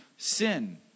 Sin